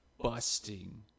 busting